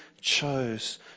chose